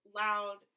loud